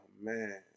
man